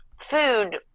food